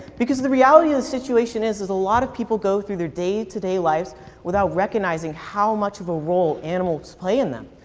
because the reality of the situation is, a lot of people go through their day-to-day lives without recognizing how much of a role animals play in them.